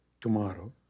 tomorrow